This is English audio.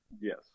Yes